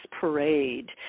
Parade